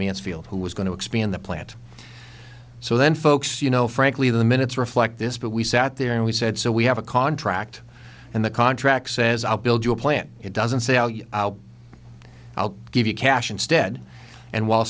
mansfield who was going to expand the plant so then folks you know frankly the minutes reflect this but we sat there and we said so we have a contract and the contract says i'll build you a plant it doesn't say how you i'll give you cash instead and while